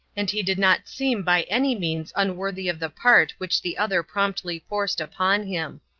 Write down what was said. and he did not seem by any means unworthy of the part which the other promptly forced upon him.